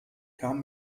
kam